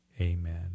Amen